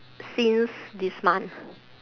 since this month